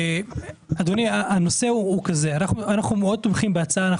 אדוני, אנחנו מאוד תומכים בהצעה.